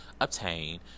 obtain